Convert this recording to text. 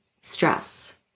stress